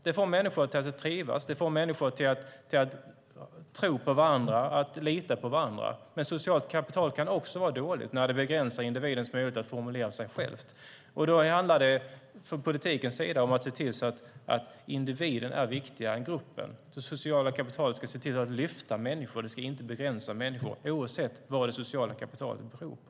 Det får människor att trivas och lita på varandra. Men socialt kapital kan också vara dåligt och begränsa individens möjlighet att formulera sig själv. Från politikens sida handlar det om att se till att individen är viktigare än gruppen. Det sociala kapitalet ska lyfta människor och inte begränsa dem, oavsett vad det sociala kapitalet beror på.